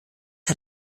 hat